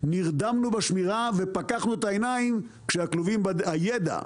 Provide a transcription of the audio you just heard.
נרדמנו בשמירה ופקחנו את העיניים כשהידע,